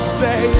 say